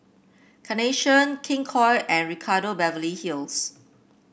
Carnation King Koil and Ricardo Beverly Hills